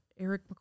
eric